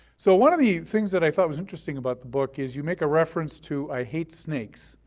so one of the things that i thought was interesting about the book is you make a reference to, i hate snakes.